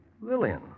Lillian